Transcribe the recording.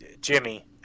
Jimmy